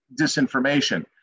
disinformation